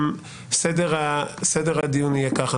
סדר הדיון יהיה ככה.